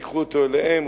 ייקחו אותו אליהם.